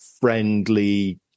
friendly